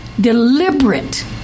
deliberate